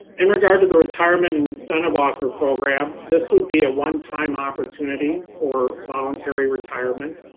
in regard to the retirement incentive offer program, this would be a one time opportunity for voluntary retirement,